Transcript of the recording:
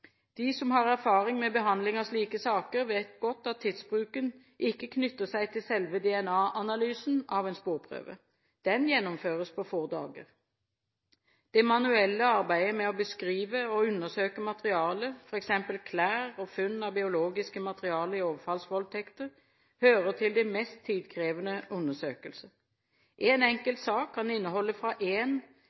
De som har erfaring med behandling av slike saker, vet godt at tidsbruken ikke knytter seg til selve DNA-analysen av en sporprøve. Den gjennomføres på få dager. Det manuelle arbeidet med å beskrive og undersøke materialet, f.eks. klær og funn av biologisk materiale i overfallsvoldtekter, hører til de mest tidkrevende undersøkelser. En enkelt sak kan inneholde fra